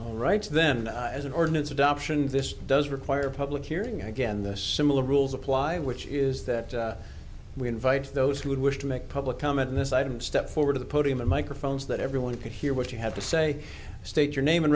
rights then as an ordinance adoption this does require a public hearing and again this similar rules apply which is that we invite those who would wish to make public comment on this item step forward of the podium of microphones that everyone can hear what you have to say state your name